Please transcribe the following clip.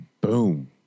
boom